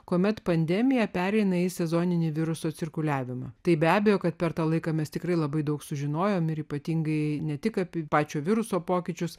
kuomet pandemija pereina į sezoninį viruso cirkuliavimo tai be abejo kad per tą laiką mes tikrai labai daug sužinojome ypatingai ne tik apie pačio viruso pokyčius